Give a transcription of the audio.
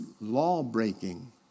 law-breaking